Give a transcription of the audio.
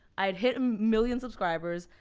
i'd hit a million subscribers.